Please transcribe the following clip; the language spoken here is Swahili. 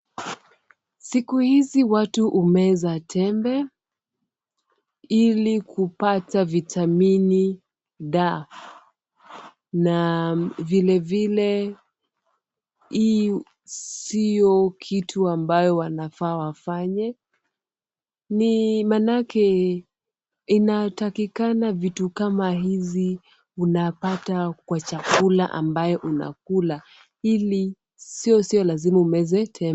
Siku hizi watu humeza tembe, ili kupata vitamini D na vile vile hii sio kitu ambayo wanafaa wafanye, ni manake inatakikana vitu kama hizi unapata kwa chakula ambayo unakula ili sio lazima umeze tembe.